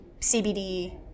CBD